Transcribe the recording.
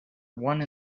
one